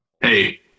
Hey